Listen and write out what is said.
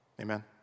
Amen